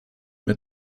mehr